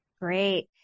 Great